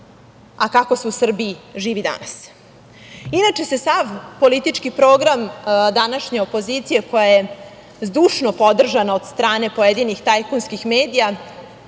a kako se u Srbiji živi danas. Inače se sav politički program današnje opozicije koja je zdušno podržana od strane pojedinih tajkunskih medija